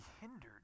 hindered